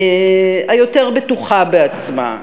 היותר בטוחה בעצמה,